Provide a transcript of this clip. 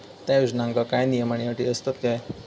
त्या योजनांका काय नियम आणि अटी आसत काय?